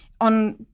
on